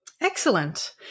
Excellent